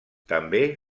també